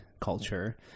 culture